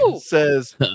says